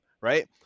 right